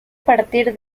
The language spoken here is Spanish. partir